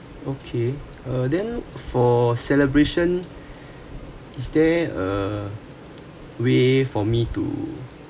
okay uh then for celebration is there a way for me to